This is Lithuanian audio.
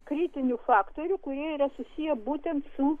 kritinių faktorių kurie yra susiję būtent su